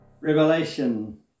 Revelation